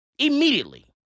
Immediately